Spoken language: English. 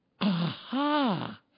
aha